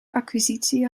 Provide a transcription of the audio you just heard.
acquisitie